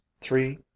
three